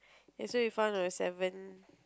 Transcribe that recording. yesterday we found on the seven